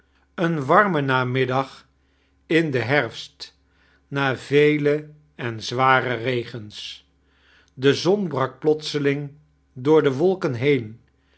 een warme namiddag in den herfst na vele en zware regens de zon brak plotseling door de wolfcen heein